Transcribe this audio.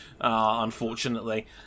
unfortunately